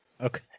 Okay